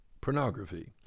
pornography